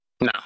No